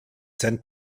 sent